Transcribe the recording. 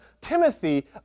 Timothy